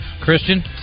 Christian